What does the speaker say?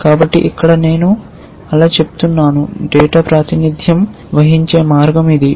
కాబట్టి ఇక్కడ నేను అలా చెప్తున్నాను డేటా ప్రాతినిధ్యం వహించే మార్గం ఇది